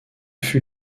fut